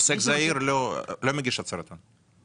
עוסק זעיר לא מגיש הצהרת הון?